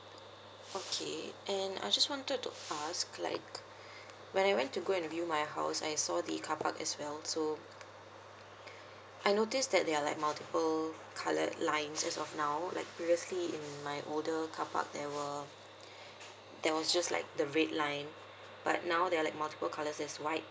okay and I just wanted to ask like when I went to go and view my house I saw the carpark as well so I notice that there are like multiple colored lines as of now like previously in my older carpark there were there was just like the red line but now they're like multiple colours there's white